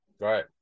Right